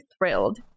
thrilled